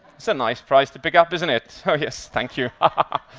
it's a nice prize to pick up, isn't it? oh yes, thank you ah